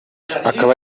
ikaba